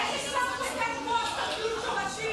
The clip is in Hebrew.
איזה שר כותב פוסט על טיול שורשים?